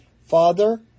Father